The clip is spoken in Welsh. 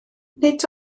nid